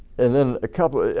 and then a couple.